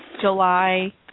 July